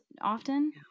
often